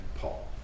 Paul